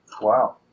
wow